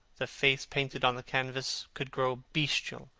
the face painted on the canvas could grow bestial,